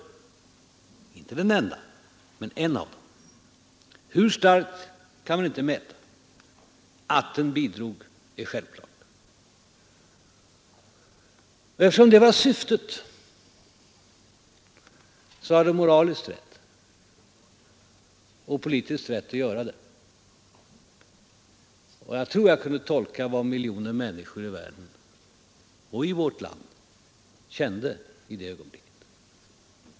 Inte den enda orsaken, men en av dem. Hur starkt bidragande den var kan man inte mäta — att den bidrog är självklart. Eftersom det var syftet, var det moraliskt och politiskt rätt att göra detta uttalande. Jag tror att jag kunde tolka vad miljoner människor i världen och i vårt land kände i det ögonblicket.